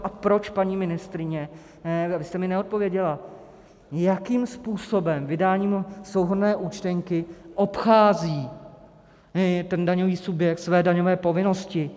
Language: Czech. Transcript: A paní ministryně, vy jste mi neodpověděla, jakým způsobem vydáním souhrnné účtenky obchází ten daňový subjekt své daňové povinnosti.